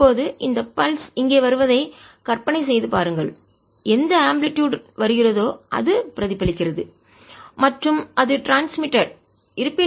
இப்போது இந்த பல்ஸ் துடிப்பு இங்கே வருவதை கற்பனை செய்து பாருங்கள் எந்த ஆம்பிளிடுயுட் அலைவீச்சு வருகிறதோ அது பிரதிபலிக்கிறது மற்றும் அது ட்ரான்ஸ்மிட்டடு கடத்தப்பட்டது